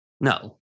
no